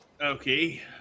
okay